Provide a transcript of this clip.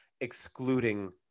excluding